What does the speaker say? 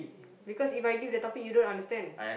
because If I give the topic you don't understand